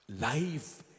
life